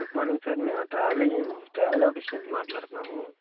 good morning sir మేము travel agent travel office నుంచి మాట్లాడుతున్నాము